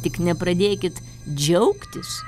tik nepradėkit džiaugtis